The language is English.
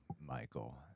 Michael